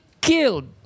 killed